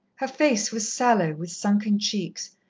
her face was sallow, with sunken cheeks,